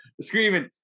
screaming